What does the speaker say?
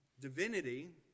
divinity